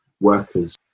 workers